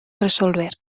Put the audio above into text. resolver